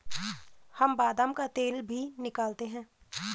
हम बादाम का तेल भी निकालते हैं